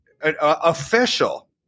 official